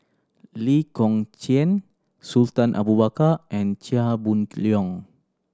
Lee Kong Chian Sultan Abu Bakar and Chia Boon Leong